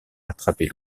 attraper